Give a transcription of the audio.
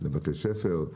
לבתי הספר.